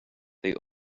they